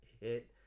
hit